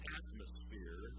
atmosphere